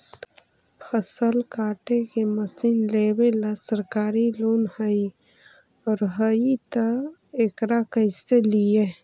फसल काटे के मशीन लेबेला सरकारी लोन हई और हई त एकरा कैसे लियै?